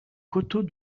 coteaux